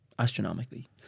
Astronomically